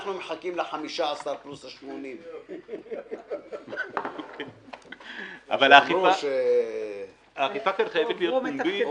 מחכים ל-15 פלוס 80. הועברו מתפקידם.